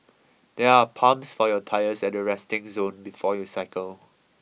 there are pumps for your tyre at the resting zone before you cycle